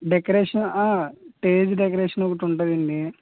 decoration stage decoration ఒకటి ఉంటుందండి